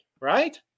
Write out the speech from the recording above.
right